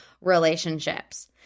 relationships